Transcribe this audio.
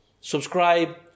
Subscribe